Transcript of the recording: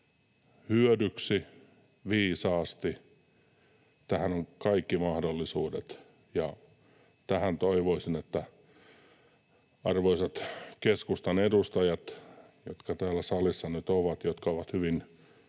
hyödyksi viisaasti. Tähän on kaikki mahdollisuudet. Ja tähän toivoisin, että arvoisat keskustan edustajat, jotka täällä salissa nyt ovat ja jotka ovat hyvin